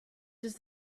does